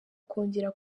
kongera